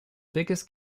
biggest